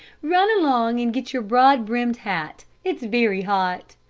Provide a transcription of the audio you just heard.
run along and get your broad-brimmed hat. it's very hot.